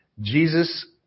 Jesus